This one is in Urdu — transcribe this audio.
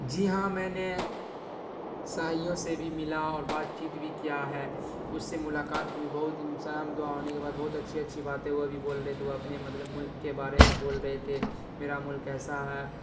جی ہاں میں نے سائیوں سے بھی ملا اور بات چیت بھی کیا ہے اس سے ملاقات بھی بہت سلام دعا ہونے کے بعد بہت اچھی اچھی باتیں وہ بھی بول رہے تھے وہ اپنے مطلب ملک کے بارے میں بول رہے تھے میرا ملک ایسا ہے